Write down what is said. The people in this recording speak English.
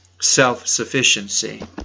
self-sufficiency